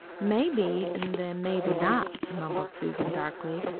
maybe, an' then maybe not, mumbled susan darkly,